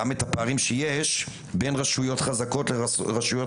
את הפערים שיש בין רשויות חלשות לחזקות.